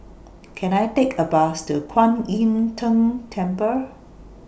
Can I Take A Bus to Kwan Im Tng Temple